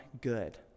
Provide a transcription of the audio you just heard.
good